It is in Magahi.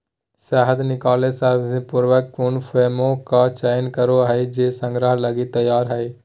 शहद निकलैय सावधानीपूर्वक उन फ्रेमों का चयन करो हइ जे संग्रह लगी तैयार हइ